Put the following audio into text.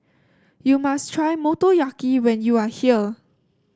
you must try Motoyaki when you are here